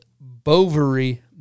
Bovary